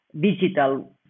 digital